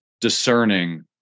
discerning